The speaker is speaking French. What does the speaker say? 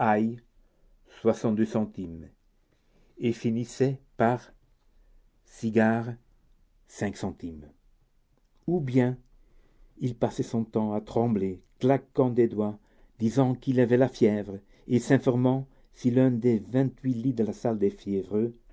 centimes et finissait par cigare cinq centimes ou bien il passait son temps à trembler claquant des dents disant qu'il avait la fièvre et s'informant si l'un des vingt-huit lits de la salle des fiévreux